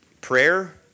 prayer